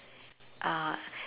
uh